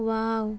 wow